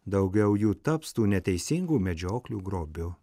daugiau jų taps tų neteisingų medžioklių grobiu